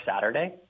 Saturday